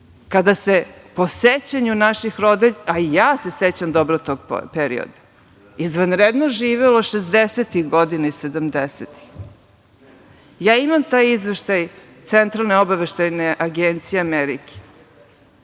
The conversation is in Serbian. kada se po sećanju naših roditelja, a i ja se sećam dobro tog perioda, izvanredno živelo 60-ih godina i 70-ih godina, ja imam taj izveštaj Centralne obaveštajne agencije Amerike